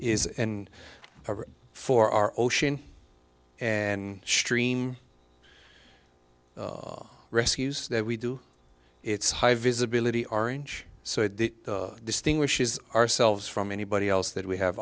is and for our ocean and stream rescues that we do it's high visibility orange so it distinguishes ourselves from anybody else that we have